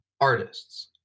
artists